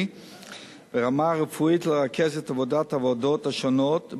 ברמה רפואית ולרכז את עבודת הוועדות השונות,